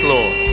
Lord